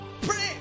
Pray